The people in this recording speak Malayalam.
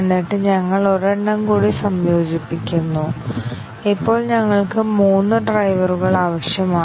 എന്നിട്ട് ഞങ്ങൾ ഒരെണ്ണം കൂടി സംയോജിപ്പിക്കുന്നു ഇപ്പോൾ ഞങ്ങൾക്ക് മൂന്ന് ഡ്രൈവറുകൾ ആവശ്യമാണ്